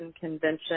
convention